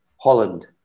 Holland